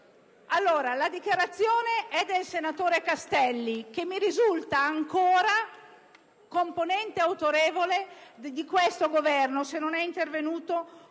Allora, la dichiarazione è del senatore Castelli, che mi risulta ancora componente autorevole di questo Governo, se non è intervenuto qualche